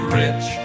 rich